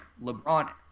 LeBron